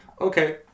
okay